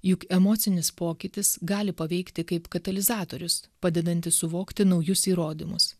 juk emocinis pokytis gali paveikti kaip katalizatorius padedantis suvokti naujus įrodymus